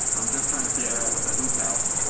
i'm just trying to figure out with the hoop house.